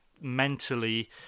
mentally